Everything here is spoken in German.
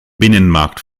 binnenmarkt